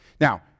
Now